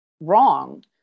wrong